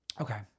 Okay